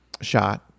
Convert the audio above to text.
shot